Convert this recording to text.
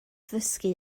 ddysgu